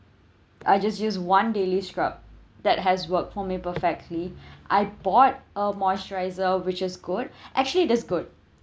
I just use one daily scrub that has worked for me perfectly I bought a moisturiser which is good actually that's good